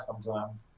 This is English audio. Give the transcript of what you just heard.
sometime